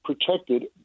protected